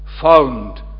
Found